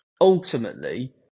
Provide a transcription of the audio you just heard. ultimately